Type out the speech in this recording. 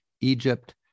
Egypt